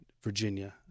Virginia